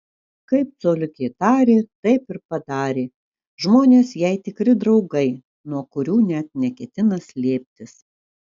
kaip coliukė tarė taip ir padarė žmonės jai tikri draugai nuo kurių net neketina slėptis